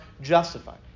justified